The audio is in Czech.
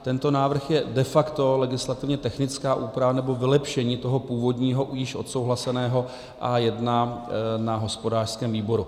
Tento návrh je de facto legislativně technická úprava, nebo vylepšení tohoto původního, již odsouhlaseného A1 na hospodářském výboru.